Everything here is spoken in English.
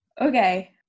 Okay